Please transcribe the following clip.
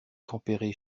tempérées